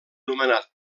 nomenat